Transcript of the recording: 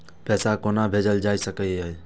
पैसा कोना भैजल जाय सके ये